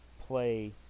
play